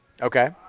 Okay